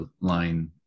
line